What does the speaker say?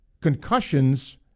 Concussions